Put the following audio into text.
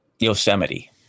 Yosemite